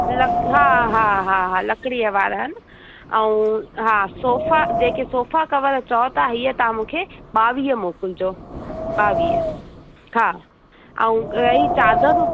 luck हा हा हा हा लकड़ीअ वारा न ऐं हा सोफ़ा जेके सोफ़ा कवर चयो था ई तव्हां मूंखे ॿावीह मोकिलिजो ॿावीह हा ऐं रही चादरूं